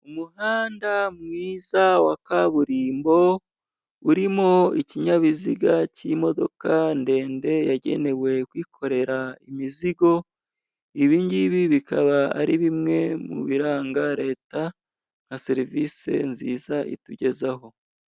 Umuhanda mwiza wa kaburimbo urimo ikinyabiziga cy'imodoka ndende yagenewe kwikorera imizigo, ibingibi bikaba ari bimwe mu biranga leta nka serivisi nziza itugezaho.